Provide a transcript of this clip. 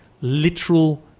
literal